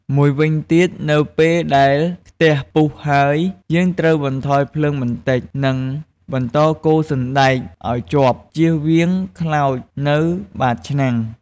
មួយវិញទៀត នៅពេលដែលខ្ទិះពុះហើយ យើងត្រូវបន្ថយភ្លើងបន្តិច និងបន្តកូរសណ្តែកឲ្យជាប់ ជៀសវាងខ្លោចនៅបាតឆ្នាំង។